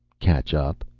catch up?